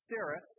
Sarah